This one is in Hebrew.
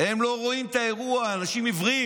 הם לא רואים את האירוע, אנשים עיוורים.